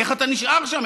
איך אתה נשאר שם?